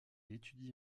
étudie